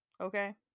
Okay